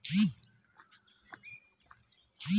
কম খরচে কিভাবে ভালো ফলন আনা সম্ভব?